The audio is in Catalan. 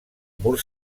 mur